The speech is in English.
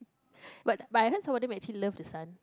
but but I heard some of them actually love the sun